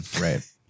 Right